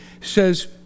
says